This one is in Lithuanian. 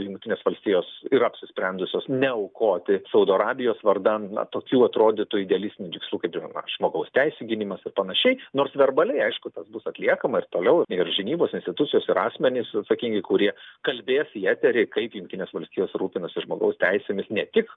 jungtinės valstijos yra apsisprendusios neaukoti saudo arabijos vardan tokių atrodytų idealistinių tikslų kaip ir na žmogaus teisių gynimas ir panašiai nors verbaliai aišku tas bus atliekama ir toliau ir žinybos institucijos ir asmenys atsakingi kurie kalbės į eterį kaip jungtinės valstijos rūpinasi žmogaus teisėmis ne tik